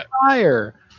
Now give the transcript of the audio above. fire